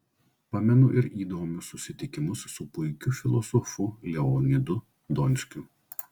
pamenu ir įdomius susitikimus su puikiu filosofu leonidu donskiu